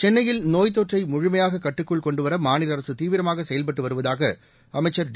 சென்னையில் நோய்த்தொற்றை முழுமையாக கட்டுக்குள் கொண்டுவர மாநில அரசு தீவிரமாக செயல்பட்டு வருவதாக அமைச்சா் டி